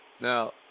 Now